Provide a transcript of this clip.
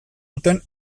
duten